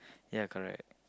ya correct